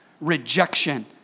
rejection